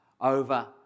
over